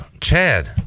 Chad